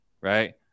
right